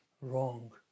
wrong